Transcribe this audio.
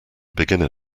beginner